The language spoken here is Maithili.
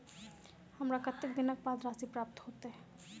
हमरा कत्तेक दिनक बाद राशि प्राप्त होइत?